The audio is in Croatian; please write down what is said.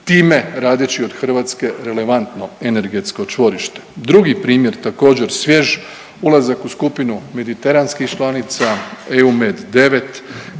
time radeći od Hrvatske relevantno energetsko čvorište. Drugi primjer, također, svjež, ulazak u skupinu medicinskih članica EUMED-9,